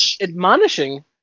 Admonishing